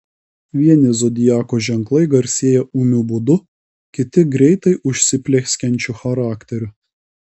vieni zodiako ženklai garsėja ūmiu būdu kiti greitai užsiplieskiančiu charakteriu